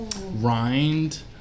rind